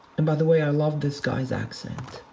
and by the way, i love this guy's accent.